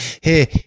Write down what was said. Hey